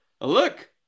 Look